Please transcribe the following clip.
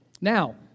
Now